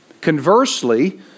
Conversely